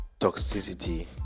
toxicity